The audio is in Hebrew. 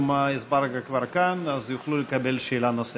ג'מעה אזברגה כבר כאן, אז יוכלו לקבל שאלה נוספת.